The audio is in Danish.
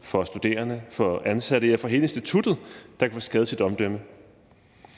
for studerende, for ansatte og for hele instituttet, der kan få skadet sit omdømme.